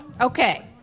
Okay